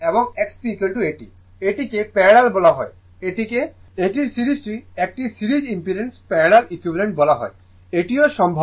এটিকে প্যারালাল বলা হয় এটিকে সিরিজটি একটি সিরিজ ইম্পিডেন্সের প্যারালাল ইকুইভালেন্ট বলা হয় এটিও সম্ভব